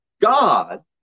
God